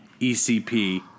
ECP